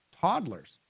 Toddlers